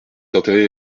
enterré